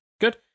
good